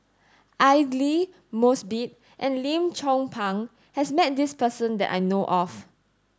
Aidli Mosbit and Lim Chong Pang has met this person that I know of